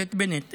ממשלת בנט,